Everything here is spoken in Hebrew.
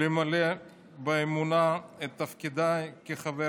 למלא באמונה את תפקידי כחבר